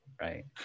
Right